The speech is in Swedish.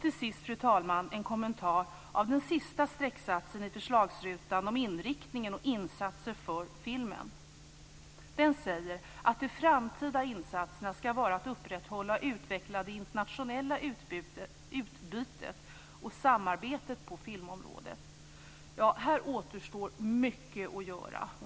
Till sist, fru talman, en kommentar till den sista strecksatsen i förslagsrutan om inriktningen och insatser för filmen. Den säger att de framtida insatserna ska vara att upprätthålla och utveckla det internationella utbytet och samarbetet på filmområdet. Här återstår mycket att göra.